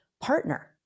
partner